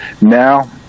now